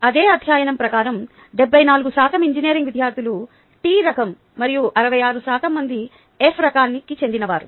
అదే అధ్యయనం ప్రకారం 74 శాతం ఇంజనీరింగ్ విద్యార్థులు టి రకం మరియు 26 శాతం మంది ఎఫ్ రకానికి చెందినవారు